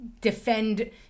defend